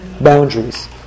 boundaries